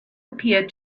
appeared